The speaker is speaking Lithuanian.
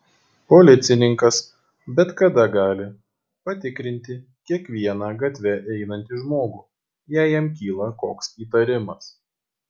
policininkas bet kada gali patikrinti kiekvieną gatve einantį žmogų jei jam kyla koks įtarimas